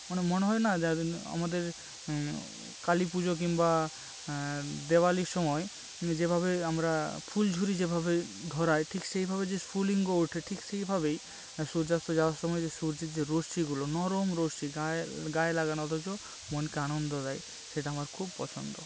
মানে মনে হয় না আমাদের কালী পুজো কিংবা দেওয়ালির সময় যেভাবে আমরা ফুলঝুরি যেভাবে ধরাই ঠিক সেইভাবে যে স্ফুলিঙ্গ ওঠে ঠিক সেইভাবেই সূর্যাস্ত যাওয়ার সময় যে সূর্যের যে রশ্মিগুলো নরম রশ্মি গায়ে গায়ে লাগে না অথচ মনকে আনন্দ দেয় সেটা আমার খুব পছন্দ